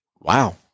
Wow